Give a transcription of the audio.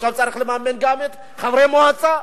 עכשיו צריך לממן גם את חברי המועצה,